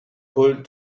pulled